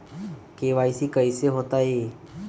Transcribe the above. KYC कैसे होतई?